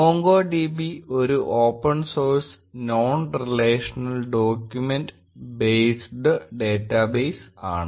MongoDB ഒരു open source non relational document based database ആണ്